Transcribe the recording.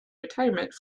retirement